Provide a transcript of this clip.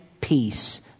peace